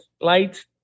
light